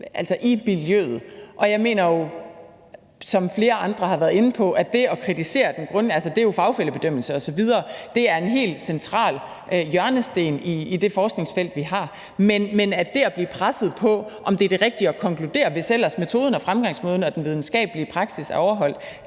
i miljøet. Jeg mener jo, som flere andre har været inde på, at det at kritisere, altså fagfællebedømmelse osv., er en helt central hjørnesten i det forskningsmiljø, vi har, men det at blive presset, i forhold til om det er det rigtige at konkludere, hvis ellers metoden, fremgangsmåden og den videnskabelige praksis er overholdt,